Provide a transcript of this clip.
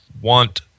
want